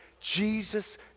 Jesus